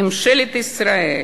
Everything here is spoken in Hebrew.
ממשלת ישראל